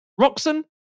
Roxon